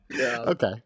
Okay